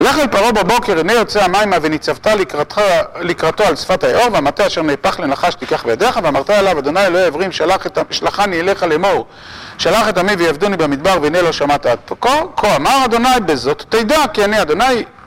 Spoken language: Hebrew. לך אל פרעה בבקר, הנה יצא המימה, ונצבת לקראתו על שפת היאר. והמטה אשר נהפך לנחש תקח בידך. ואמרת אליו, אדני אלהי העברים שלחני אליך לאמר שלח את עמי ויעבדני במדבר והנה לא שמעת עד כה. כה אמר אדני בזאת תדע כי אני אדני,